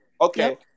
Okay